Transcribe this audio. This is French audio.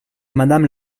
madame